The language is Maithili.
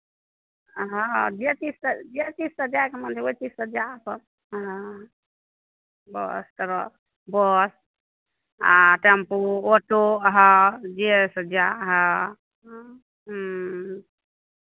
हँ जे चीजसँ जे चीजसँ जायके मन छै ओह चीजसँ जा अपन हँ बस टरक बस आ टेम्पू ऑटो हँ जाहिसँ जा हँ हँ ह्म्म